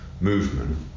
movement